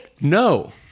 No